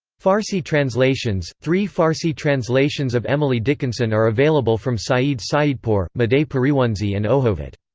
farsi translations three farsi translations of emily dickinson are available from saeed saeedpoor, madeh piryonesi and okhovat.